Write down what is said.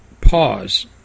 pause